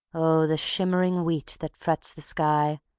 oh, the shimmering wheat that frets the sky,